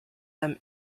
them